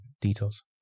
details